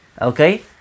Okay